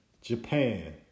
Japan